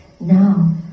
Now